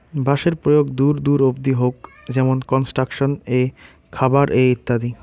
বাঁশের প্রয়োগ দূর দূর অব্দি হউক যেমন কনস্ট্রাকশন এ, খাবার এ ইত্যাদি